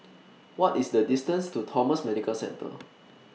What IS The distance to Thomson Medical Centre